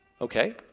okay